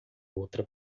outra